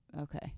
Okay